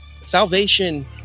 salvation